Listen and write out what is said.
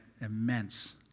immense